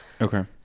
Okay